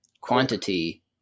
quantity